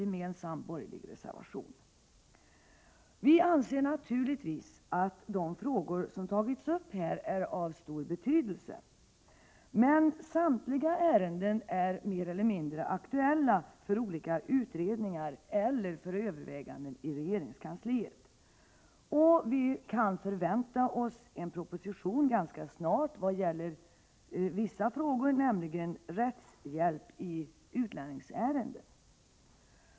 Jag skall återkomma till den. Vi anser naturligtvis att de frågor som har tagits upp här är av stor betydelse. Men samtliga ärenden är mer eller mindre aktuella för olika utredningar eller för överväganden i regeringskansliet. Vi kan ganska snart förvänta oss en proposition i frågor som rör rättshjälp i utlänningsärenden.